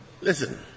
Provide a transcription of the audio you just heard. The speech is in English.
Listen